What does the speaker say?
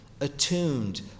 attuned